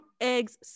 eggs